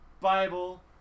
Bible